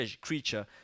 creature